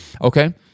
okay